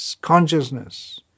consciousness